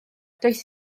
dois